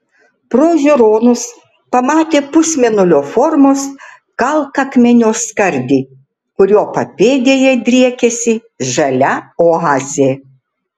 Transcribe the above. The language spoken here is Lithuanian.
pro žiūronus pamatė pusmėnulio formos kalkakmenio skardį kurio papėdėje driekėsi žalia oazė